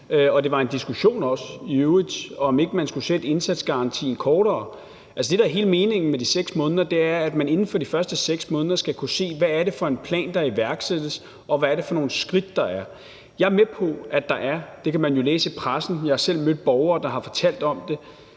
også en diskussion, om ikke man skulle sætte indsatsgarantien til noget kortere. Altså, det, der er hele meningen med de 6 måneder, er, at man inden for de første 6 måneder skal kunne se, hvad det er for en plan, der iværksættes, og hvad det er for nogle skridt, der er. Jeg er med på, at der er – det kan man jo læse i pressen, og jeg har selv mødt borgere, der har fortalt om det